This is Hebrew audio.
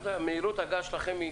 מהירות ההגעה שלכם,